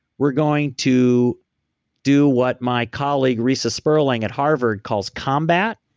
we're going to do what my colleague, reisa sperling at harvard calls combat,